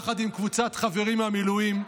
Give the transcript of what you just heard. יחד עם קבוצת חברים מהמילואים,